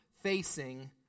facing